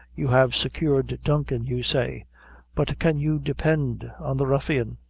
you have secured duncan, you say but can you depend on the ruffian?